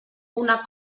una